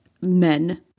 men